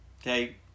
Okay